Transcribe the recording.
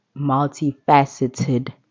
multifaceted